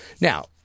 Now